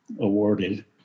awarded